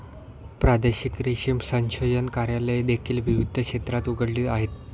प्रादेशिक रेशीम संशोधन कार्यालये देखील विविध क्षेत्रात उघडली आहेत